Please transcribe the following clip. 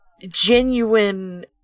genuine